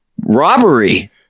robbery